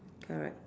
correct